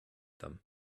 them